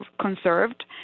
conserved